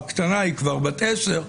הקטנה היא כבר בת 10,